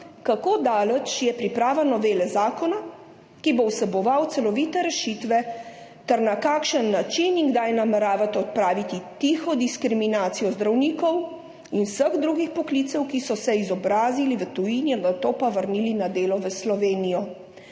priznavanju izobraževanja, ki bo vsebovala celovite rešitve? Na kakšen način in kdaj nameravate odpraviti tiho diskriminacijo zdravnikov in vseh drugih poklicev, ki so se izobrazili v tujini, nato pa vrnili na delo v Slovenijo?